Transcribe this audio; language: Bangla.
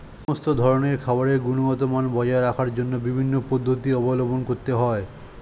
সমস্ত ধরনের খাবারের গুণগত মান বজায় রাখার জন্য বিভিন্ন পদ্ধতি অবলম্বন করতে হয়